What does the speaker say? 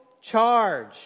charge